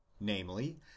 namely